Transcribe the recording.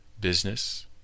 business